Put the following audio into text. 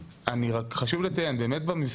הנה אני בדיוק עכשיו עושה הסדרה כרגע אצלי במשרד,